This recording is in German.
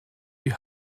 die